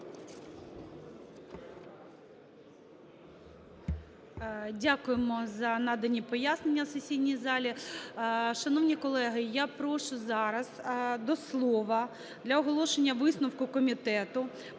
Дякую за надані пояснення у сесійній залі. Шановні колеги, я прошу зараз до слова для оголошення висновку комітету